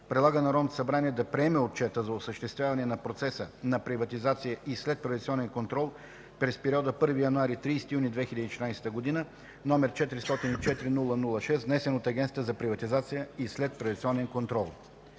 Предлага на Народното събрание да приеме Отчета за осъществяване на процеса на приватизация и следприватизационен контрол през периода 1 януари – 30 юни 2014 г., № 404-00-6, внесен от Агенцията за приватизация и следприватизационен контрол